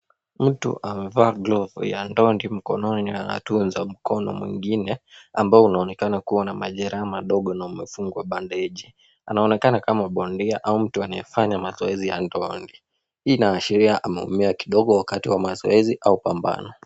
Mtu amevaa glovu ya ndondi mkononi na anatunza mkono mwingine ambao unaonekana kuwa na majeraha madogo na umefungwa bandeji. Anaonekana kama bondia au mtu anayefanya mazoezi ya ndondi. Hii inaashiria ameumia kidogo wakati wa mazoezi au pambano.